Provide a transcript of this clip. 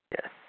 Yes